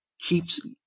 keeps –